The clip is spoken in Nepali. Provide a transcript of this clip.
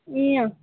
ए अँ